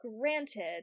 Granted